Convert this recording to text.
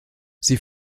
sie